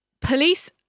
Police